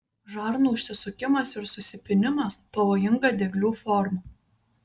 žarnų užsisukimas ir susipynimas pavojinga dieglių forma